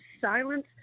silence